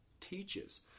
teaches